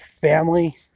family